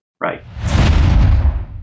right